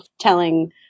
Telling